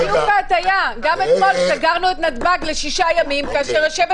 גם אתמול סגרנו את נתב"ג לשישה ימים כאשר יושבת